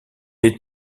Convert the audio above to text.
les